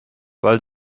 weil